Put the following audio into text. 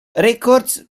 records